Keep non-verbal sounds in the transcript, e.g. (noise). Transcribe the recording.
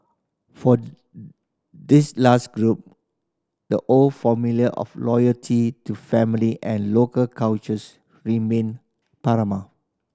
for (unintelligible) this last group the old formula of loyalty to family and local cultures remained paramount